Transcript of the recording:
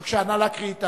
בבקשה, נא להקריא.